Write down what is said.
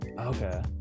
okay